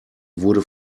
wurde